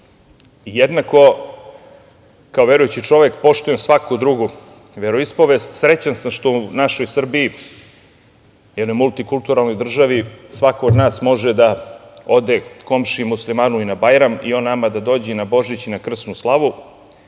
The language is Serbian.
i jednako, kao verujući čovek poštujem svaku drugu veroispovest. Srećan sam što u našoj Srbiji, jednoj multikulturalnoj državi svako od nas može da ode komšiji muslimanu na Bajram i on nama da dođe na Božić i na krsnu slavu